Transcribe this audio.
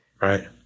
Right